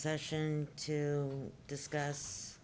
session to discuss